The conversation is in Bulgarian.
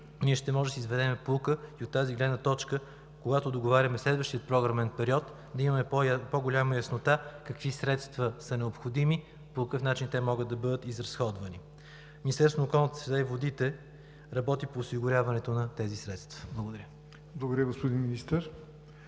ние ще можем да си изведем поука и от тази гледна точка, когато договаряме следващия програмен период, да имаме по-голяма яснота какви средства са необходими и по какъв начин могат да бъдат изразходвани. Министерството на околната среда и водите работи по осигуряването на тези средства. Благодаря. ПРЕДСЕДАТЕЛ ЯВОР